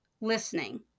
listening